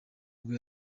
nibwo